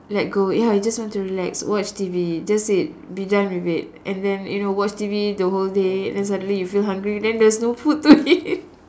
let go ya you just want to relax watch T_V just it be done with it and then you know watch T_V the whole day and then suddenly you feel hungry then there's no food to eat